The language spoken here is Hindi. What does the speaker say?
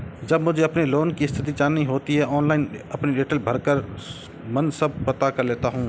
जब मुझे अपने लोन की स्थिति जाननी होती है ऑनलाइन अपनी डिटेल भरकर मन सब पता कर लेता हूँ